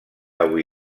avui